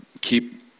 keep